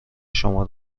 شما